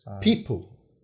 People